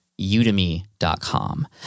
Udemy.com